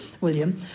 William